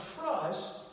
trust